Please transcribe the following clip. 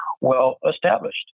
well-established